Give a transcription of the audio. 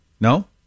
No